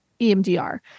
EMDR